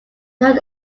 who